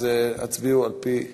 הצביעו על-פי דעתכם,